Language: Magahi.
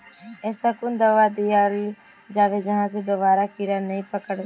ऐसा कुन दाबा दियाल जाबे जहा से दोबारा कीड़ा नी पकड़े?